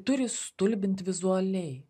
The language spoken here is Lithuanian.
turi stulbint vizualiai